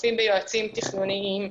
מוקפים ביועצים תכנוניים,